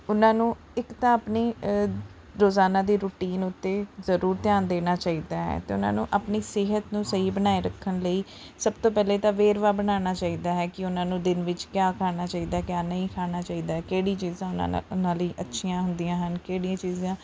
ਉਹਨਾਂ ਨੂੰ ਇੱਕ ਤਾਂ ਆਪਣੀ ਰੋਜ਼ਾਨਾ ਦੀ ਰੁਟੀਨ ਉੱਤੇ ਜ਼ਰੂਰ ਧਿਆਨ ਦੇਣਾ ਚਾਹੀਦਾ ਹੈ ਅਤੇ ਉਨ੍ਹਾਂ ਨੂੰ ਆਪਣੀ ਸਿਹਤ ਨੂੰ ਸਹੀ ਬਣਾਏ ਰੱਖਣ ਲਈ ਸਭ ਤੋਂ ਪਹਿਲੇ ਤਾਂ ਵੇਰਵਾ ਬਣਾਉਣਾ ਚਾਹੀਦਾ ਹੈ ਕਿ ਉਹਨਾਂ ਨੂੰ ਦਿਨ ਵਿੱਚ ਕਿਆ ਖਾਣਾ ਚਾਹੀਦਾ ਹੈ ਕਿਆ ਨਹੀਂ ਖਾਣਾ ਚਾਹੀਦਾ ਹੈ ਕਿਹੜੀ ਚੀਜ਼ਾਂ ਉਹਨਾਂ ਨਾਲ ਉਹਨਾਂ ਲਈ ਅੱਛੀਆਂ ਹੁੰਦੀਆਂ ਹਨ ਕਿਹੜੀਆਂ ਚੀਜ਼ਾਂ